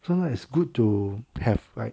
sometimes it's good to have like